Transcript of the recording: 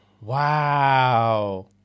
Wow